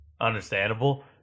Understandable